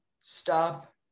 stop